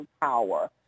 power